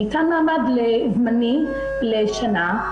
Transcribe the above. ניתן מעמד זמני לשנה.